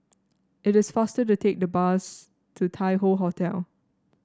it is faster to take the bus to Tai Hoe Hotel